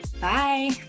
Bye